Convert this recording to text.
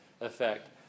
effect